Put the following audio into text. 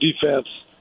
defense